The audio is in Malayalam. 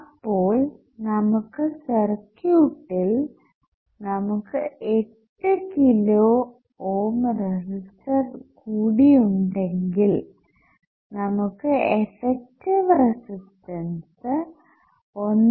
അപ്പോൾ പുതിയ സർക്യൂട്ടിൽ നമുക്ക് 8 കിലോ ഓം റെസിസ്റ്റർ കൂടി ഉണ്ടെങ്കിൽ നമുക്ക് എഫക്റ്റീവ് റെസിസ്റ്റൻസ്സ് 1